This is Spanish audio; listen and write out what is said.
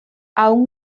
aún